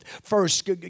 first